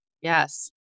Yes